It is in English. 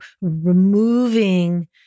removing